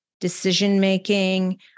decision-making